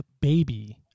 baby